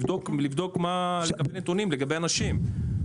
לבדוק מה, נתונים לגבי אנשים.